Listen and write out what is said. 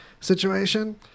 situation